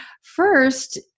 First